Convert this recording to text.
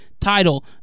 title